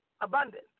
abundance